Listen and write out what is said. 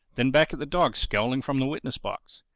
then back at the dog scowling from the witness-box.